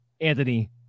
anthony